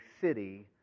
city